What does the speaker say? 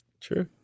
True